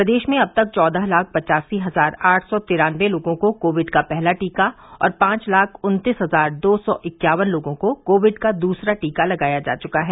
प्रदेश में अब तक चौदह लाख पचासी हजार आठ सौ तिरानबे लोगों को कोविड का पहला टीका और पांच लाख उन्तीस हजार दो सौ इक्यावन लोगों को कोविड का दूसरा टीका लगाया जा चुका है